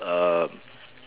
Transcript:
err